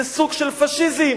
זה סוג של פאשיזם.